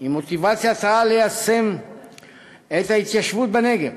עם מוטיבציית-על ליישם את ההתיישבות בנגב